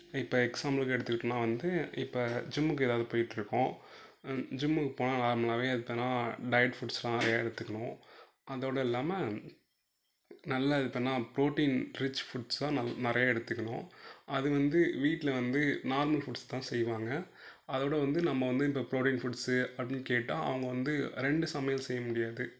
இப்போ எக்ஸாம்பிளுக்கு எடுத்துக்கிட்டோனா வந்து இப்போ ஜிம்முக்கு ஏதாவது போயிட்டிருக்கோம் ஜிம்முக்கு போனால் நார்மலாகவே அது பெர்னா டயட் ஃபுட்ஸ்லாம் நிறைய எடுத்துக்கணும் அதோடு இல்லாமல் நல்ல இது பெர்ன்னா ப்ரோட்டின் ரிச் ஃபுட்ஸ்ஸா நல்ல நிறையா எடுத்துக்கணும் அது வந்து வீட்டில் வந்து நார்மல் ஃபுட்ஸ் தான் செய்வாங்க அதோடு வந்து நம்ம வந்து இந்த ப்ரோட்டின் ஃபுட்ஸ்ஸு அப்படின்னு கேட்டால் அவங்க வந்து ரெண்டு சமையல் செய்ய முடியாது